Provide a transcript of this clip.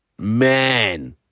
Man